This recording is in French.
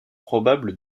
probables